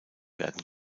werden